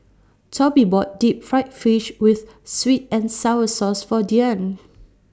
Tobie bought Deep Fried Fish with Sweet and Sour Sauce For Dyan